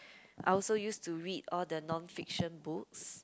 I also use to read all the non fiction books